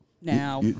now